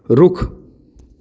ਰੁੱਖ